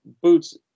Boots